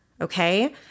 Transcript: Okay